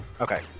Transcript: Okay